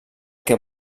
que